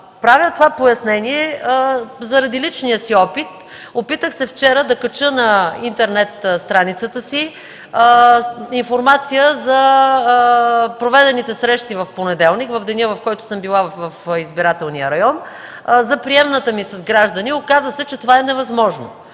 Правя това пояснение заради личния си опит. Вчера се опитах да кача на интернет страницата си информация за проведените срещи в понеделник – денят, в който съм била в избирателния район, за приемната ми с граждани. Оказа се, че това е невъзможно.